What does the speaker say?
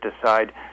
decide